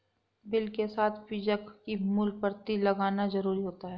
bill के साथ बीजक की मूल प्रति लगाना जरुरी होता है